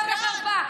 בושה וחרפה.